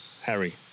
Harry